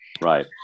Right